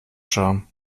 scham